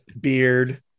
beard